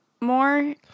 More